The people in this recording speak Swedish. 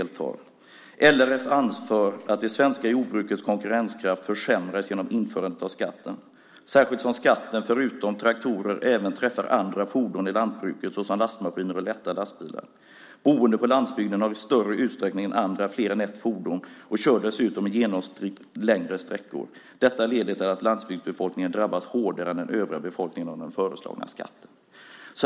"LRF anför att det svenska jordbrukets konkurrenskraft försämras genom införandet av skatten. Särskilt som skatten, förutom traktorer, även träffar andra fordon i lantbruket såsom lastmaskiner och lätta lastbilar. Boende på landsbygden har i större utsträckning än andra fler än ett fordon och kör dessutom i genomsnitt längre sträckor. Detta leder till att landsbygdsbefolkningen drabbas hårdare än den övriga befolkningen av den föreslagna skatten."